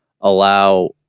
allow